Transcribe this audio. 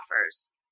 offers